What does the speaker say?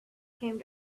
came